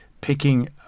picking